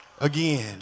again